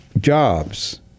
jobs